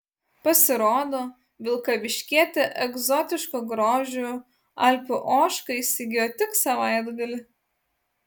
pasirodo vilkaviškietė egzotiško grožio alpių ožką įsigijo tik savaitgalį